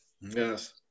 Yes